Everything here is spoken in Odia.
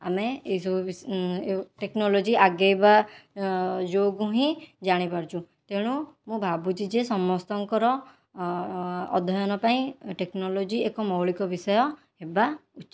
ଆମେ ଏହିସବୁ ଟେକ୍ନୋଲୋଜି ଆଗେଇବା ଯୋଗୁଁ ହିଁ ଜାଣିପାରୁଛୁ ତେଣୁ ମୁଁ ଭାବୁଛି ଯେ ସମସ୍ତଙ୍କର ଅଧ୍ୟୟନ ପାଇଁ ଟେକ୍ନୋଲୋଜି ଏକ ମୌଳିକ ବିଷୟ ହେବା ଉଚିତ